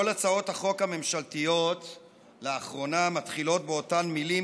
לאחרונה כל הצעות החוק הממשלתיות מתחילות באותן מילים,